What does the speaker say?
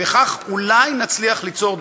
וכך אולי נצליח ליצור,